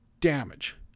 damage